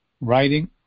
writing